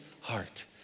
heart